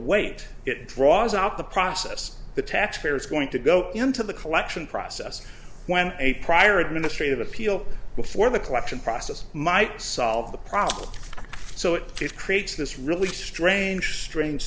wait it draws out the process the taxpayer is going to go into the collection process when a prior administrative appeal before the collection process might solve the problem so it creates this really strange strange